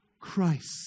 Christ